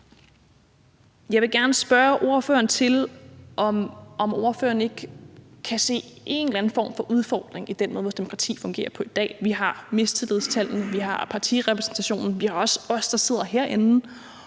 Jeg vil gerne spørge ordføreren, om ordføreren ikke kan se en eller anden form for udfordring i den måde, vores demokrati fungerer på i dag. Vi har mistillidstallene, vi har partirepræsentationen, og vi har også os, der sidder herinde